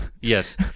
yes